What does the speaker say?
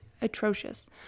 atrocious